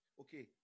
Okay